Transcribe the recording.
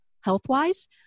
health-wise